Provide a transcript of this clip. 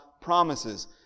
promises